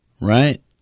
right